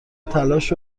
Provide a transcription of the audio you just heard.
تلاش